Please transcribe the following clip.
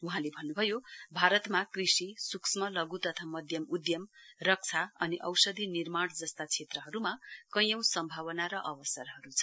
वहाँले भन्नुभयो भारतमा कृषिसुक्ष्मलघु तथा मध्यम उध्मरक्षा अनि औषथि निर्माण जस्ता क्षेत्रहरुमा कैयौं सम्मावना र अवसरहरु छन्